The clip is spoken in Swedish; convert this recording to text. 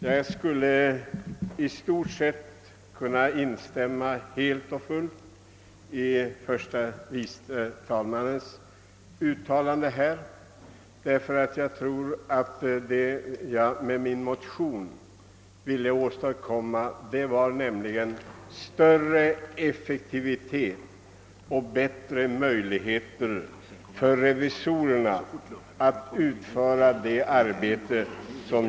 Jag kan i stort sett instämma i förste vice talmannens anförande, eftersom de förbättringar, som jag med min motion syftade till att åstadkomma, såvitt jag förstår också har blivit genomförda: en större effek tivitet i revisorernas arbete och bättre möjligheter för dessa att genomföra sin verksamhet.